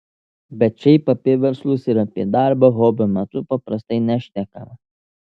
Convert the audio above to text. bet šiaip apie verslus ir apie darbą hobio metu paprastai nešnekama